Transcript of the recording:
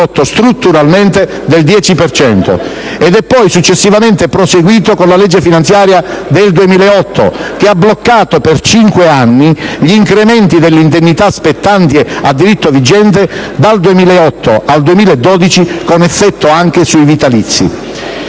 è poi successivamente proseguito con la legge finanziaria 2008 (che ha bloccato per cinque anni gli incrementi dell'indennità spettanti a diritto vigente, dal 2008 al 2012, con effetto anche sui vitalizi).